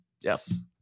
Yes